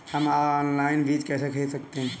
हम ऑनलाइन बीज कैसे खरीद सकते हैं?